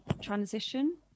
transition